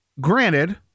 Granted